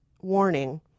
warning